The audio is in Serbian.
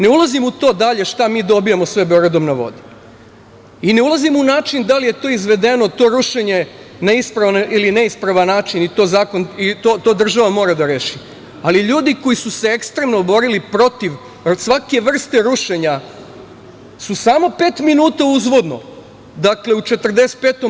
Ne ulazim u to dalje šta mi dobijamo sve Beogradom na vodi i ne ulazim u način da li je to rušenje izvedeno na ispravan ili neispravan način, to država mora da reši, ali ljudi koji su se ekstremno borili protiv svake vrste rušenja su samo pet minuta uzvodno, dakle u 45.